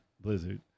blizzard